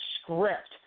script